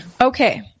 Okay